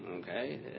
okay